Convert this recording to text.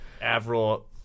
avril